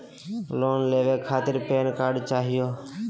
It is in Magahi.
लोन लेवे खातीर पेन कार्ड चाहियो?